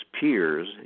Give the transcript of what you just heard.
peers